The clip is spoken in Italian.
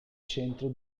centro